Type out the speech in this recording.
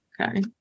Okay